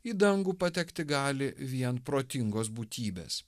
į dangų patekti gali vien protingos būtybės